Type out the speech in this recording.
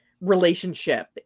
relationship